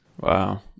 Wow